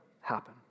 happen